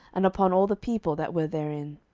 and upon all the people that were therein.